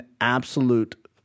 absolute